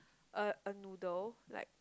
a a noodle like